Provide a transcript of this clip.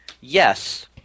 Yes